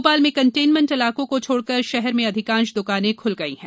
भोपाल में कंटेनमेंट इलाकों को छोड़कर शहर में अधिकांश दुकाने खुल गयी हैं